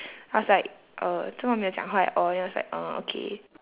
I was like uh 怎么没有讲话 at all then I was like uh okay